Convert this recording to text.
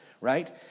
Right